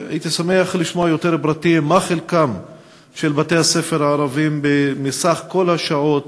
והייתי שמח לשמוע יותר פרטים על חלקם של בתי-הספר הערביים בסך השעות,